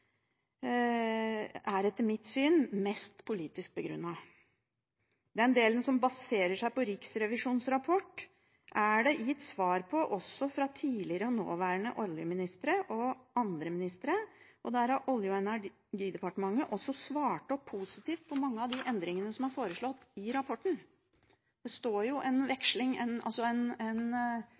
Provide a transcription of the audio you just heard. er etter mitt syn mest politisk begrunnet. Den delen som baserer seg på Riksrevisjonens rapport, er det gitt svar på også fra tidligere oljeministre, nåværende oljeminister og andre ministre. Der har Olje- og energidepartementet også svart positivt på mange av de endringene som er foreslått i rapporten. Det står en